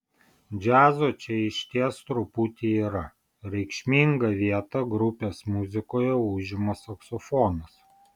džiazo čia išties truputį yra reikšmingą vietą grupės muzikoje užima saksofonas